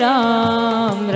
Ram